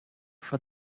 for